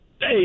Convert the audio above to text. Hey